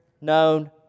known